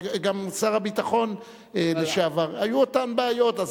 גם לשר הביטחון לשעבר היו אותן בעיות.